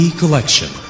collection